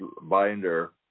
binder